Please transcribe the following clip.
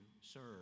serve